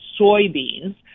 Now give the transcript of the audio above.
soybeans